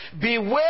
Beware